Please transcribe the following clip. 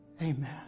Amen